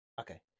Okay